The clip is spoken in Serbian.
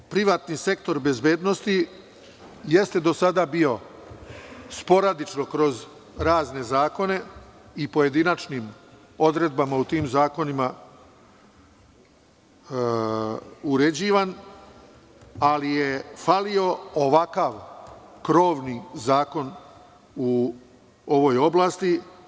Ceo privatni sektor bezbednosti jeste do sada bio, sporadično kroz razne zakone i pojedinačnim odredbama u tim zakonima uređivan, ali je falio ovakav krovni zakon u ovoj oblasti.